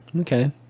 Okay